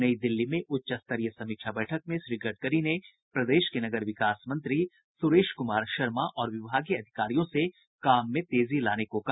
नई दिल्ली में उच्चस्तरीय समीक्षा बैठक में श्री गडकरी ने प्रदेश के नगर विकास मंत्री सुरेश कुमार शर्मा और विभागीय अधिकारियों से काम में तेजी लाने को कहा